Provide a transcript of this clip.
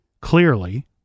clearly